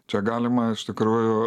čia galima iš tikrųjų